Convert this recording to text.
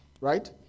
right